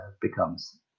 becomes